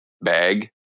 bag